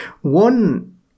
One